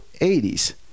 80s